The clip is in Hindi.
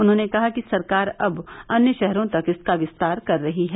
उन्होंने कहा कि सरकार अब अन्य शहरों तक इसका विस्तार कर रही है